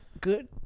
good